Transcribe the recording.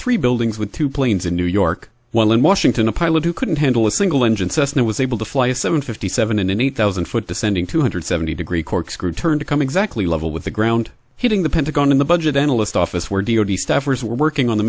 three buildings with two planes in new york while in washington a pilot who couldn't handle a single engine cessna was able to fly a seven fifty seven in an eight thousand foot descending two hundred seventy degree corkscrew turn to come exactly level with the ground hitting the pentagon in the budget analyst office where d o d staffers were working on the